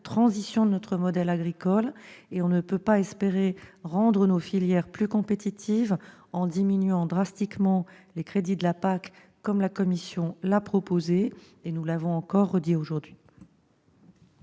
transition de notre modèle agricole et rendre nos filières plus compétitives en diminuant drastiquement les crédits de la PAC, comme la Commission l'a proposé. Nous l'avons encore dit aujourd'hui.